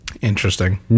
Interesting